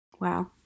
Wow